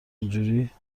اینجوری